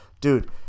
Dude